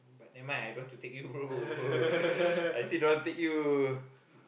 but never mind I don't want to take you bro I still don't want to take you